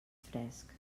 fresc